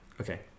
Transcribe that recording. Okay